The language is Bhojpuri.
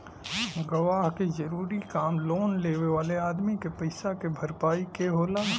गवाह के जरूरी काम लोन लेवे वाले अदमी के पईसा के भरपाई के होला